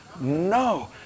No